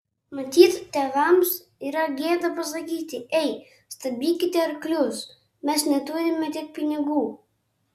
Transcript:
matyt tėvams yra gėda pasakyti ei stabdykite arklius mes neturime tiek pinigų